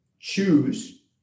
choose